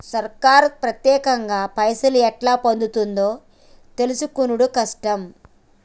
సర్కారు పత్యేకంగా పైసలు ఎట్లా పొందుతుందో తెలుసుకునుడు కట్టం